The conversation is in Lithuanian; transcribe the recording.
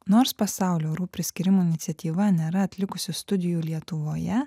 nors pasaulio orų priskyrimo iniciatyva nėra atlikusi studijų lietuvoje